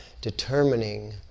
determining